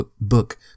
book